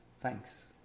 Thanks